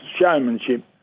showmanship